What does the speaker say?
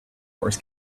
wars